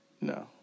no